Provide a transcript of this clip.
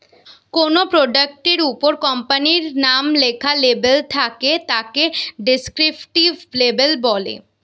কোনো প্রোডাক্ট এর উপর কোম্পানির নাম লেখা লেবেল থাকে তাকে ডেস্ক্রিপটিভ লেবেল বলে